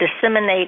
disseminate